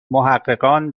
محققان